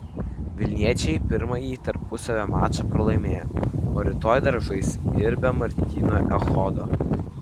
vilniečiai pirmąjį tarpusavio mačą pralaimėjo o rytoj dar žais ir be martyno echodo